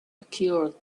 occurred